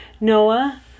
Noah